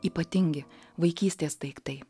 ypatingi vaikystės daiktai